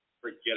forget